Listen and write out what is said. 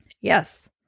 Yes